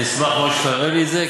אני אשמח מאוד שתראה לי את זה,